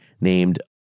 named